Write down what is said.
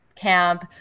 camp